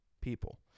people